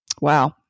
Wow